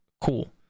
cool